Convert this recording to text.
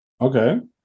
Okay